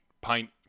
pint